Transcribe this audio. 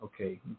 okay